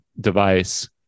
device